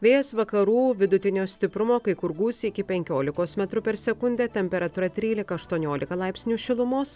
vėjas vakarų vidutinio stiprumo kai kur gūsiai iki penkiolikos metrų per sekundę temperatūra trylika aštuoniolika laipsnių šilumos